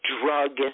drug